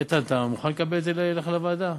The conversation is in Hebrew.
איתן, אתה מוכן לקבל את זה אליך לוועדה?